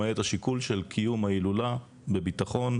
למעט השיקול של קיום ההילולה בביטחון,